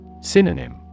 Synonym